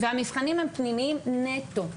והמבחנים הם פנימיים נטו,